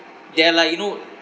there're like you know